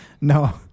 no